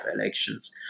elections